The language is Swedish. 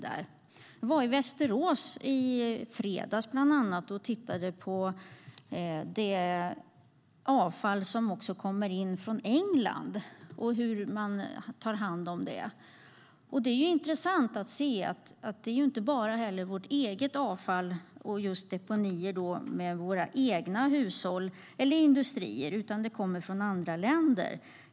Jag var i Västerås i fredags och tittade bland annat på det avfall som kommer in från England och hur man tar hand om det. Det är intressant att se att det inte bara är vårt eget avfall och deponier för våra egna hushåll och industrier utan att det också kommer från andra länder.